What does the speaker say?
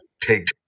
take